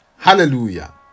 Hallelujah